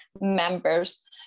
members